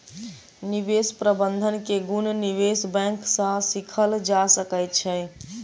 निवेश प्रबंधन के गुण निवेश बैंक सॅ सीखल जा सकै छै